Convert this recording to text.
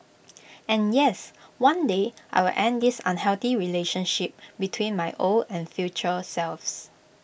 and yes one day I will end this unhealthy relationship between my old and future selves